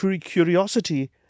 curiosity